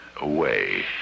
away